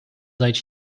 seit